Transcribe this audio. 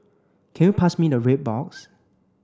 can you pass me the red box